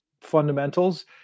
fundamentals